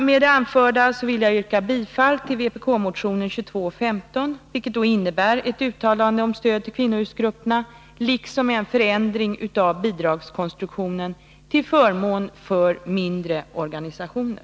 Med det anförda vill jag yrka bifall till vpk-motionen 2215, vilket innebär krav på ett uttalande om stöd till kvinnohusgrupperna liksom på en förändring av bidragskonstruktionen till förmån för mindre organisationer.